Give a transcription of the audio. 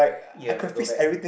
you have to go back